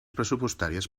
pressupostàries